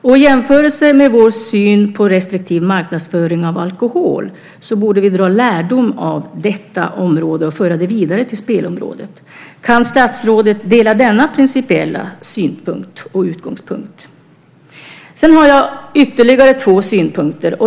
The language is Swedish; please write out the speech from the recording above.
Med tanke på vår restriktiva syn på marknadsföring av alkohol borde vi ta lärdom av det området och föra det vidare till spelområdet. Kan statsrådet dela denna principiella synpunkt och utgångspunkt? Jag har ytterligare två synpunkter.